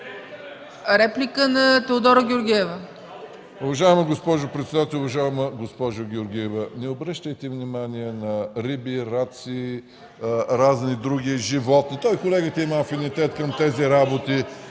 Реплика на Теодора Георгиева